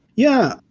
yeah,